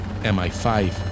MI5